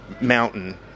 mountain